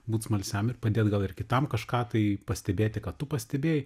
būt smalsiam ir padėt gal ir kitam kažką tai pastebėti ką tu pastebėjai